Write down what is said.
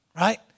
right